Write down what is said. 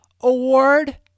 Award